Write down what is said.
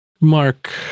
mark